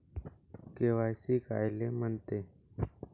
KYC कायले म्हनते?